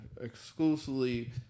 exclusively